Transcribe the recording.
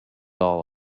all